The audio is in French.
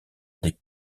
des